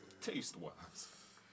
Taste-wise